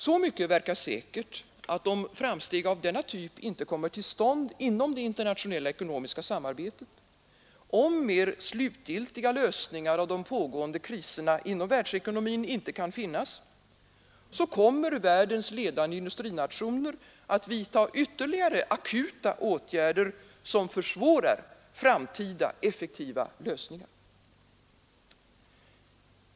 Så mycket verkar säkert att om nya framsteg av denna typ inte kommer till stånd inom det internationella ekonomiska samarbetet, om slutgiltiga lösningar av de pågående kriserna inom världsekonomin inte kan finnas, kommer världens ledande industrinationer att vidta ytterligare akuta åtgärder som försvårar framtida effektiva lösningar.